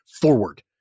forward